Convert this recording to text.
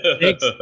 Thanks